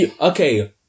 okay